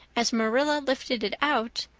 as marilla lifted it out,